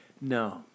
No